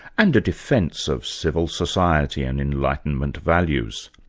and the defence of civil society and enlightenment values.